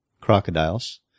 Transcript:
crocodiles